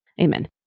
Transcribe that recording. Amen